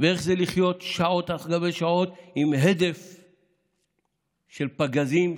ואיך זה לחיות שעות על גבי שעות עם הדף של פגזים,